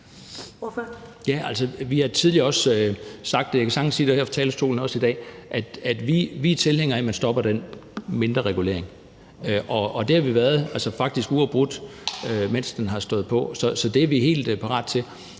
talerstolen i dag, at vi er tilhængere af, at man stopper den mindreregulering. Og det har vi faktisk været uafbrudt, mens den har stået på, så det er vi helt parate til.